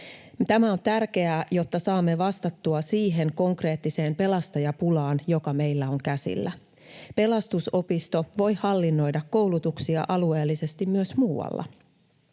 Tämä on tärkeää, jotta saamme vastattua siihen konkreettiseen pelastajapulaan, joka meillä on käsillä. Pelastusopisto voi hallinnoida koulutuksia alueellisesti myös muualla,